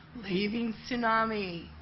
leaving tsunami,